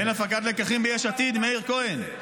אין הפקת לקחים ביש עתיד, מאיר כהן?